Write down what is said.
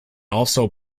also